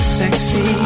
sexy